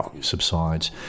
subsides